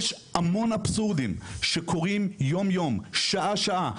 יש המון אבסורדים שקורים יום-יום, שעה-שעה.